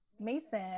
Mason